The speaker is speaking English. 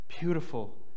beautiful